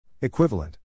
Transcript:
Equivalent